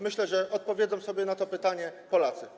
Myślę, że odpowiedzą sobie na to pytanie Polacy.